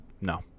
no